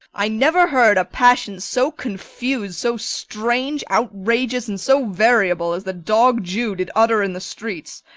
i never heard a passion so confus'd, so strange, outrageous, and so variable, as the dog jew did utter in the streets.